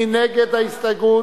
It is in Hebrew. מי נגד ההסתייגות?